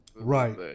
Right